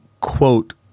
quote